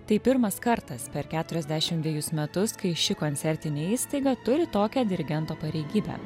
tai pirmas kartas per keturiasdešim dvejus metus kai ši koncertinė įstaiga turi tokią dirigento pareigybę